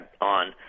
on